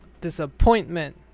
disappointment